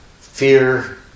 fear